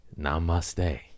Namaste